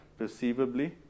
perceivably